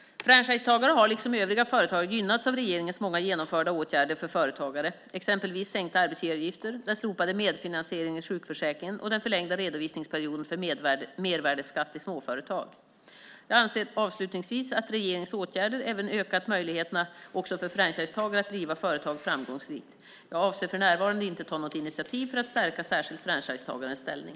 Franchisetagare har, liksom övriga företagare, gynnats av regeringens många genomförda åtgärder för företagare, exempelvis sänkta arbetsgivaravgifter, den slopade medfinansieringen i sjukförsäkringen och den förlängda redovisningsperioden för mervärdesskatt i småföretag. Jag anser avslutningsvis att regeringens åtgärder även ökat möjligheterna för franchisetagare att driva företag framgångsrikt. Jag avser för närvarande inte att ta något initiativ för att stärka särskilt franchisetagares ställning.